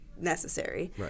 necessary